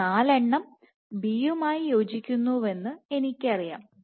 ഈ 4 എണ്ണം B യുമായി യോജിക്കുന്നുവെന്ന് എനിക്കറിയാം